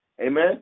amen